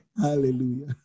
Hallelujah